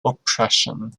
oppression